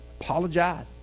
Apologize